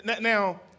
Now